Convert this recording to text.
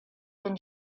been